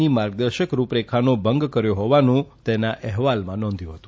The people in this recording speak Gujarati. ની માર્ગદર્શક રૂપરેખાનો ભંગ કર્યો હોવાનું તેના અહેવાલમાં નોંધ્યુ હતું